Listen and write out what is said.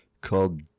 called